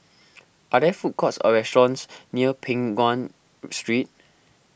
are there food courts or restaurants near Peng Nguan Street